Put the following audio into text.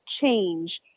change